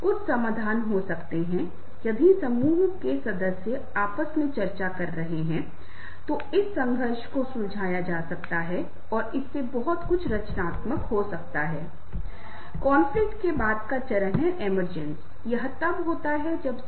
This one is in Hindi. इसलिए मित्रों मैं निष्कर्ष निकाल सकता हूं अब तक नेतृत्व में और दूसरों को प्रेरित करने के लिए यह निष्कर्ष निकाला जा सकता है कि नेता हने के लिए प्रभावी संचारक होना चाहिए एक अच्छा श्रोता होना चाहिए और एक अच्छा नेता दूसरों के साथ अच्छे संबंध बनाए रखने की कोशिश करता है